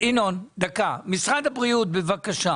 משרד הבריאות, בקשה.